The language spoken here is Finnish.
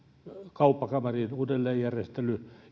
kauppakamarin uudelleenjärjestely